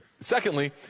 Secondly